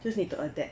just need to adapt